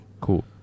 Cool